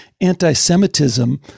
anti-Semitism